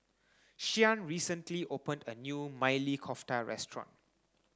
Shyann recently opened a new Maili Kofta restaurant